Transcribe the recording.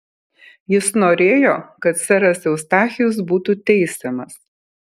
jis norėjo kad seras eustachijus būtų teisiamas